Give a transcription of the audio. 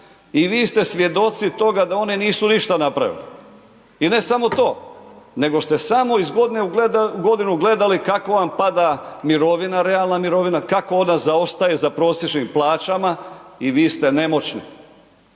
i vi ste svjedoci toga da oni nisu ništa napravili. I ne samo to, nego ste samo iz godine u godinu gledali kako vam pada mirovina, realna mirovina, kako ona zaostaje za prosječnim plaćama i vi ste nemoćni.